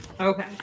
Okay